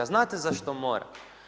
Znate zašto mora?